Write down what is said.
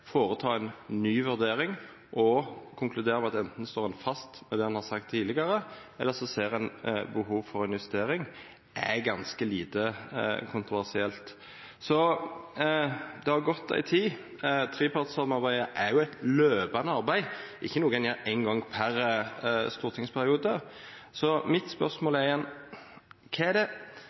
ny vurdering og konkludera med at anten står ein fast ved det ein har sagt tidlegare, eller så ser ein behov for ei justering, er ganske lite kontroversielt. Det har gått ei tid. Trepartssamarbeidet er eit kontinuerleg arbeid, ikkje noko ein gjer éin gong per stortingsperiode. Så mitt spørsmål er: Kva er det